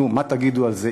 נו, מה תגידו על זה?